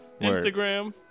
Instagram